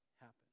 happen